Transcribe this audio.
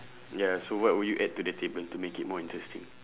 ya so what will you add to the table to make it more interesting